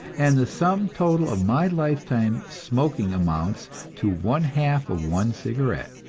and the sum total of my lifetime smoking amounts to one-half of one cigarette.